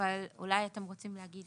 אבל אולי אתם רוצים להגיב.